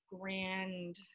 grand